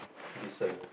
listen